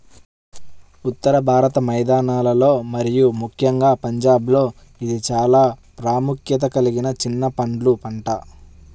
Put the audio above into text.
ఉత్తర భారత మైదానాలలో మరియు ముఖ్యంగా పంజాబ్లో ఇది చాలా ప్రాముఖ్యత కలిగిన చిన్న పండ్ల పంట